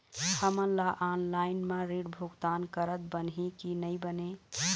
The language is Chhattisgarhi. हमन ला ऑनलाइन म ऋण भुगतान करत बनही की नई बने?